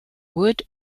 wood